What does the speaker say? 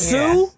Sue